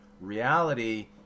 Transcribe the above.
reality